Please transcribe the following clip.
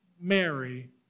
Mary